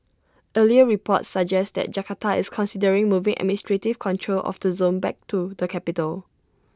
earlier reports suggest that Jakarta is considering moving administrative control of the zone back to the capital